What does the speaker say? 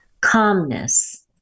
calmness